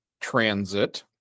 transit